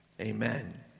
Amen